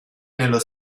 nello